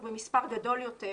אבל במספר גדול יותר